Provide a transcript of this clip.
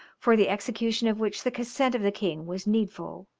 for the execution of which the consent of the king was needful,